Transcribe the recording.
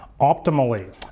optimally